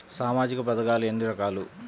సామాజిక పథకాలు ఎన్ని రకాలు?